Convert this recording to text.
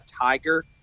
Tiger